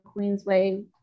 Queensway